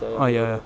oh ya